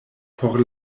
por